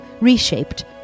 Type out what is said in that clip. reshaped